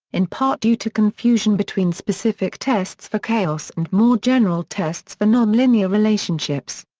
in part due to confusion between specific tests for chaos and more general tests for non-linear relationships.